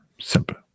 simple